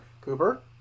Cooper